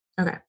Okay